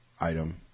item